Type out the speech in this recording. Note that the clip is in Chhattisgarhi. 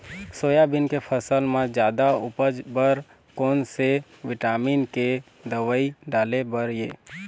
सोयाबीन के फसल म जादा उपज बर कोन से विटामिन के दवई डाले बर ये?